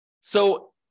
So-